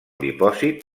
dipòsit